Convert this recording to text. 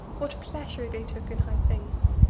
what pleasure they took in high things!